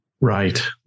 Right